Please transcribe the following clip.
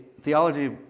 theology